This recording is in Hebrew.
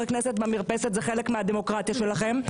כנסת במרפסת זה חלק מהדמוקרטיה שלכם?